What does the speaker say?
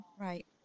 right